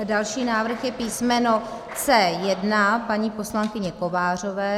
Další návrh je písmeno C1 paní poslankyně Kovářové.